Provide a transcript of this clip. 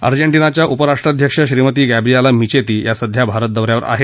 अर्जेडिकाच्या उपराष्ट्राध्यक्ष Shrimati Gabriela Michetti या सध्या भारत दौ यावर आहेत